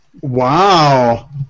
Wow